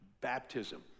baptism